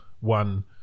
one